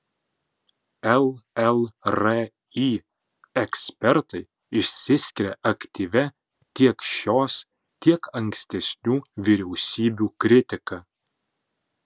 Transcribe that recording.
llri ekspertai išsiskiria aktyvia tiek šios tiek ankstesnių vyriausybių kritika